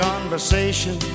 conversation